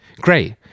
Great